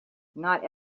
not